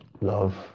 Love